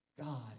God